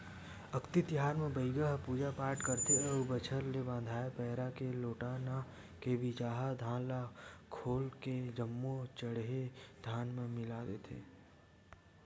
अक्ती तिहार म बइगा ह पूजा पाठ करथे अउ बछर भर ले बंधाए पैरा के लोटना के बिजहा धान ल खोल के जम्मो चड़हे धान म मिला देथे